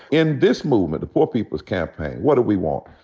in this movement, the poor people's campaign, what do we want?